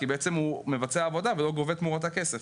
כי בעצם הוא מבצע עבודה ולא גובה תמורתה כסף,